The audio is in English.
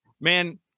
man